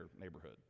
neighborhood